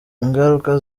ingaruka